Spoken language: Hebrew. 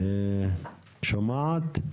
שומעת?